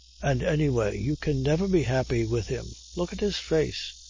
and anyway you can never be happy with him. look at his face.